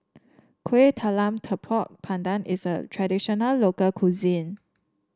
Kueh Talam Tepong Pandan is a traditional local cuisine